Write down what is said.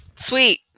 Sweet